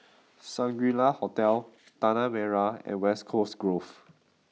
Shangri La Hotel Tanah Merah and West Coast Grove